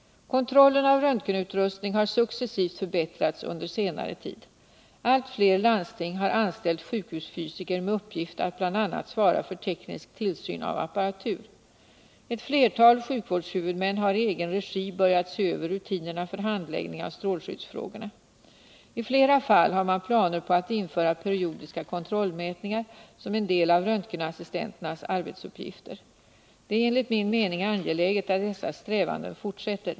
Kontrollen av röntgenutrustning har successivt förbättrats under senare tid. Allt flera landsting har anställt sjukhusfysiker med uppgift att bl.a. svara för teknisk tillsyn av apparatur. Ett flertal sjukvårdshuvudmän har i egen regi börjat se över rutinerna för handläggning av strålskyddsfrågorna. I flera fall har man planer på att införa periodiska kontrollmätningar som en del av röntgenassistenternas arbetsuppgifter. Det är enligt min mening angeläget att dessa strävanden fortsätter.